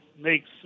makes